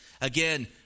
Again